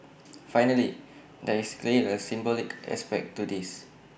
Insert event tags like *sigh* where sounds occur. *noise* finally there is clearly A symbolic aspect to this